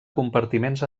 compartiments